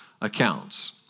accounts